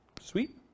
Sweet